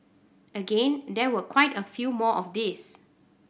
again there were quite a few more of these